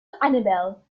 annabel